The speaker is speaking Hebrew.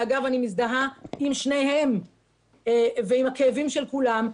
ואגב, אני מזדהה עם שניהם ועם הכאבים של כולם.